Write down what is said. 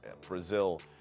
Brazil